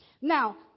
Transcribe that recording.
Now